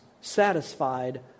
satisfied